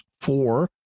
Four